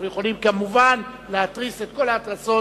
אנחנו יכולים כמובן להתריס את כל ההתרסות